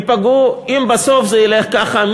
אם זה ילך ככה,